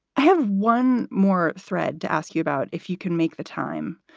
i have one more thread to ask you about if you can make the time,